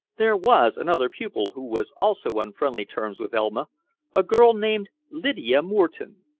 there was another pupil who was also on friendly terms with elma a girl named lydia moreton.